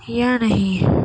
یا نہیں